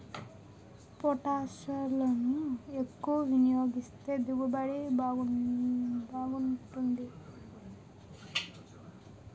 పొటాషిరులను ఎక్కువ వినియోగిస్తే దిగుబడి బాగుంటాది